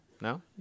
No